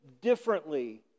differently